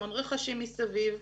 המון רחשים מסביב,